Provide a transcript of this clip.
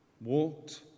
walked